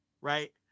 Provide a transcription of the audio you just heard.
right